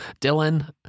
Dylan